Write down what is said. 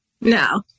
No